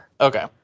Okay